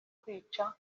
kwica